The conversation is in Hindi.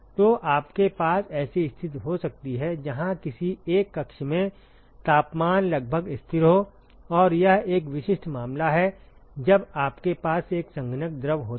तो आपके पास ऐसी स्थिति हो सकती है जहां किसी एक कक्ष में तापमान लगभग स्थिर हो और यह एक विशिष्ट मामला है जब आपके पास एक संघनक द्रव होता है